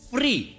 Free